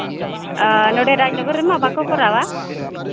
ᱱᱚᱰᱮ ᱨᱟᱡᱽᱱᱚᱜᱚᱨ ᱨᱮᱢᱟ ᱵᱟᱠᱚ ᱠᱚᱨᱟᱣᱟ